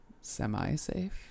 semi-safe